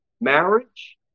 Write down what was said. marriage